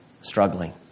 struggling